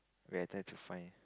we are there to find